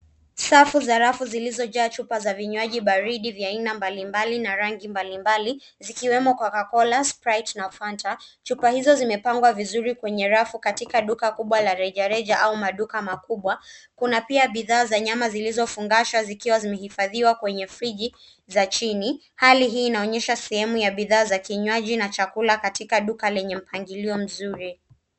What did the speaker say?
Safu za rafu zilizojaa chupa za vinywaji baridi vya aina mbalimbali na rangi mbalimbali zikiwemo cocacola sprite na fanta. Chupa hizo zimepangwa vizuri kwenye rafu katika duka kubwa la rejareja au maduka makubwa. Kuna pia bidhaa za nyama zilizofungasha zikiwa zimehifadhiwa kwenye friji za chini. Hali hii inaonyesha sehemu ya bidhaa za kinywaji na chakula katika duka lenye mpangilio mzuri.